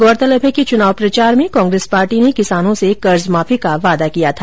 गौरतलब है कि चुनाव प्रचार में कांग्रेस पार्टी ने किसानों से कर्ज माफी का वादा किया था